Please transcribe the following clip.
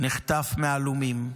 נחטף מעלומים,